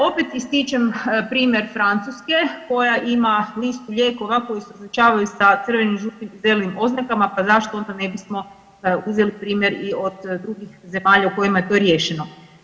Opet ističem primjer Francuske koja ima listu lijekova koji se označavaju sa crvenim, žutim i zelenim oznakama, pa zašto onda ne bismo uzeli primjer i od drugih zemalja u kojima je to riješeno.